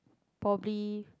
probably